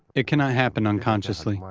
it cannot happen unconsciously.